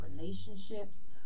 relationships